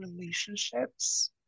relationships